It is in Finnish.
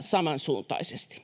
samansuuntaisesti.